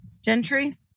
Gentry